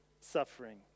suffering